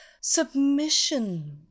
Submission